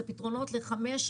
זה פתרונות ל-5,